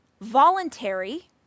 Voluntary